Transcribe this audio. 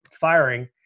firing